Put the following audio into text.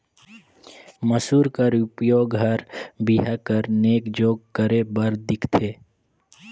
मूसर कर उपियोग हर बर बिहा कर नेग जोग करे बर दिखथे